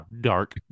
dark